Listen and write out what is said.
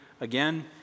again